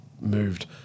moved